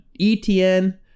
ETN